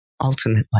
ultimately